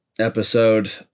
Episode